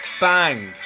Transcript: bang